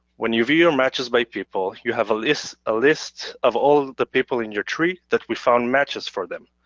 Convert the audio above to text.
when you view your matches by people, you have a list list of all the people in your tree that we found matches for them.